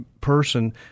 person